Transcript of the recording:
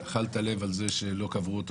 הוא אכל את הלב על זה שלא קברו אותו